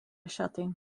šaty